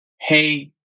hey